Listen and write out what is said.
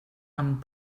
amb